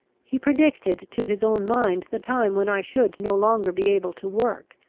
he predicted to his own mind the time when i should no longer be able to work.